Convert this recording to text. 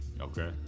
Okay